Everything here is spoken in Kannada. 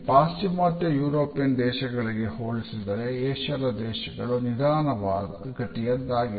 ಪಾಶ್ಚಿಮಾತ್ಯ ಯುರೋಪಿಯನ್ ದೇಶಗಳಿಗೆ ಹೋಲಿಸಿದರೆ ಏಷ್ಯಾದ ದೇಶಗಳು ನಿಧಾನ ಗತಿಯದ್ದಾಗಿವೆ